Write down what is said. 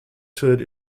toured